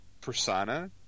persona